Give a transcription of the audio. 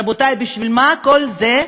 רבותי, בשביל מה כל זה?